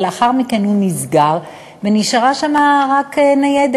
אבל לאחר מכן הוא נסגר ונשארה שם רק ניידת,